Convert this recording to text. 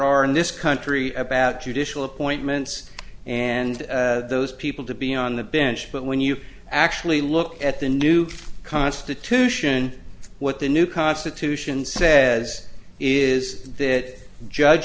are in this country about judicial appointments and those people to be on the bench but when you actually look at the new constitution what the new constitution says is that